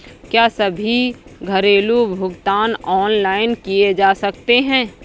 क्या सभी घरेलू भुगतान ऑनलाइन किए जा सकते हैं?